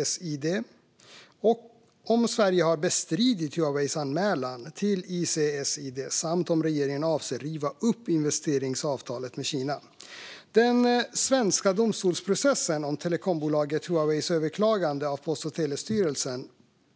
Han har också frågat om Sverige har bestridit Huaweis anmälan till ICSID samt om regeringen avser att riva upp investeringsavtalet med Kina. Den svenska domstolsprocessen om telekombolaget Huaweis överklagande av Post och telestyrelsens,